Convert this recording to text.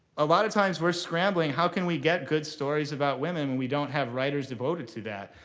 a lot of times, we're scrambling, how can we get good stories about women? we don't have writers devoted to that.